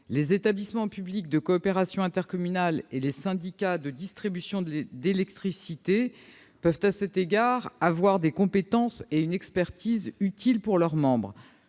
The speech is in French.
Les établissements publics de coopération intercommunale et les syndicats de distribution d'électricité peuvent à cet égard avoir des compétences et une expertise utiles pour leurs membres.